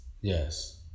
yes